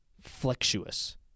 flexuous